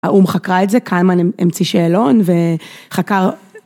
האו"ם חקרה את זה, כהנמן המציא שאלון וחקר.